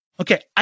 Okay